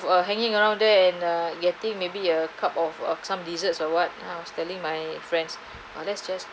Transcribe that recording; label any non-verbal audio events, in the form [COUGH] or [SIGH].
!wah! hanging around there and err getting maybe a cup of uh some desserts or what [NOISE] I was telling my friends uh let's just